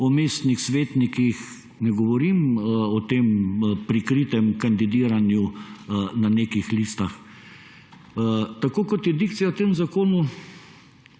o mestnih svetnikih, ne govorim o tem prikritem kandidiranju na nekih listah. Kot je dikcija v tem zakonu,